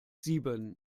sieben